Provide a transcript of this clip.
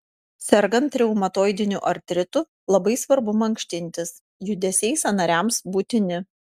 sergant reumatoidiniu artritu labai svarbu mankštintis judesiai sąnariams būtini